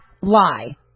lie